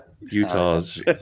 Utah's